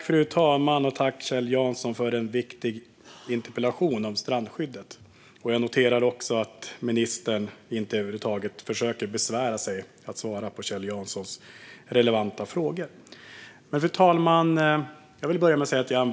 Fru talman! Jag tackar Kjell Jansson för en viktig interpellation om strandskyddet och noterar att ministern inte ens försöker besvara Kjell Janssons relevanta frågor. Fru talman!